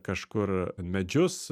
kažkur medžius